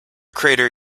crater